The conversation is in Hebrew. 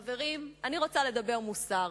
חברים, אני רוצה לדבר מוסר,